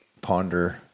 ponder